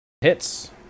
Hits